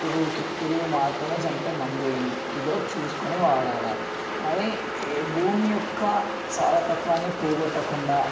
పురుగుకి పురుగు మాత్రమే చంపే మందు ఏమిటో చూసుకొని వాడాలి మరీ ఏ భూమి యొక్క సారతత్వాన్ని పోగొట్టకుండా